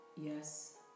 Yes